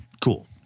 Cool